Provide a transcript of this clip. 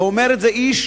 ואומר את זה איש